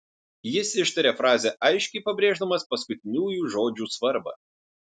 jis ištarė frazę aiškiai pabrėždamas paskutiniųjų žodžių svarbą